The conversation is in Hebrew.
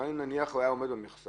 נניח הוא היה עומד במכסה,